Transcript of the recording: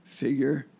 figure